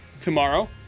tomorrow